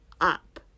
up